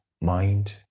mind